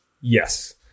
Yes